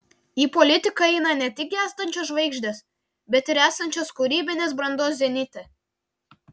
į politiką eina ne tik gęstančios žvaigždės bet ir esančios kūrybinės brandos zenite